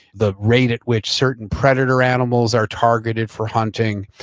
the rate at which certain predator animals are targeted for hunting.